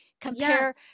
Compare